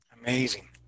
Amazing